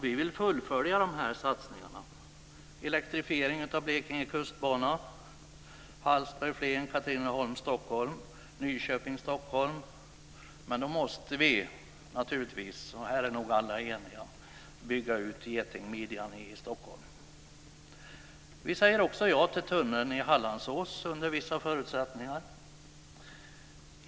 Vi vill fullfölja de här satsningarna, som elektrifieringen av Blekinge kustbana, Hallsberg-Flen, Katrineholm-Stockholm, Nyköping-Stockholm. Men då måste vi naturligtvis, och där är vi eniga, bygga ut getingmidjan i Stockholm. Vi säger också ja till tunneln i Hallandsåsen under vissa förutsättningar.